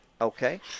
okay